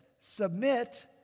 submit